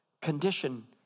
condition